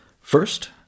First